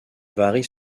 varie